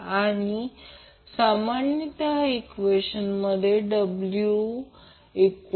तर ही एक दुसरी गोष्ट आहे मला ती आणखी एक गोष्ट स्पष्ट करू द्या